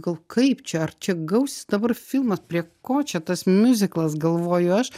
gal kaip čia ar čia gaus dabar filmas prie ko čia tas miuziklas galvoju aš